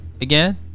again